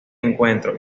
encuentro